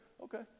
Okay